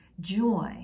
joy